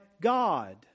God